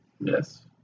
Yes